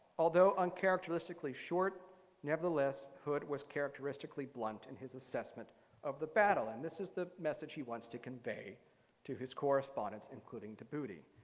although uncharacteristically short nevertheless, hood was characteristically blunt in his assessment of the battle. and this is the message he wants to convey to his correspondents including de bude.